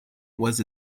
was